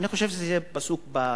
אני חושב שזה פסוק בתורה.